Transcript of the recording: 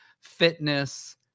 fitness